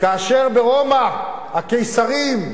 כאשר ברומא הקיסרים,